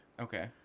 okay